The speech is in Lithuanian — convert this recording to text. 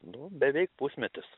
nu beveik pusmetis